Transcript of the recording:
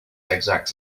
exact